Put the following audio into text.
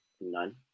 None